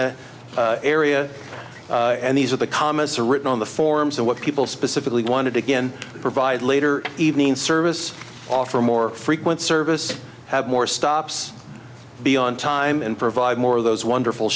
hina area and these are the commas are written on the forms of what people specifically wanted to get and provide later evening service offer more frequent service have more stops be on time and provide more of those wonderful